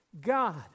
God